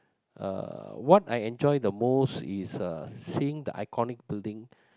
uh what I enjoy the most is uh seeing the iconic building